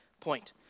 point